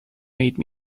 made